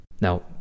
Now